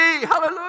Hallelujah